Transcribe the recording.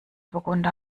burgunder